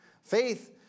Faith